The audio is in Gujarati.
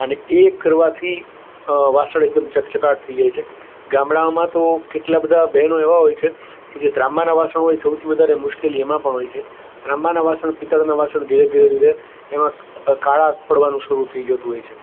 અને એ કરવાથી વાસણ એકદમ ચકચકાટ થઈ જાય છે ગામડાઓમાં તો કેટલાં બધા બહેનો એવાં હોય છે જે ત્રાંબાનાં વાસણો હોય સૌથી વધારે મુશ્કેલી એમાં પણ હોય છે ત્રાંબાનાં વાસણ પિત્તળનાં વાસણ ધીરે ધીરે ધીરે એમાં કાળા પડવાનું શરૂ થઈ જતું હોય છે